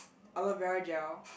aloe vera gel